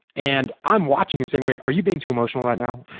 and i'm watching and saying wait, are you being too emotional right now?